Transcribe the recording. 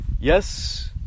Yes